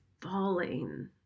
falling